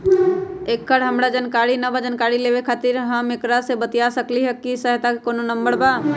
एकर हमरा जानकारी न बा जानकारी लेवे के खातिर हम केकरा से बातिया सकली ह सहायता के कोनो नंबर बा?